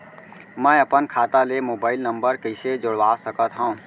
मैं अपन खाता ले मोबाइल नम्बर कइसे जोड़वा सकत हव?